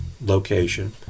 location